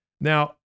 Now